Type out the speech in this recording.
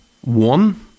One